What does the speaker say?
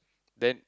then